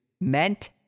meant